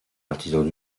artisans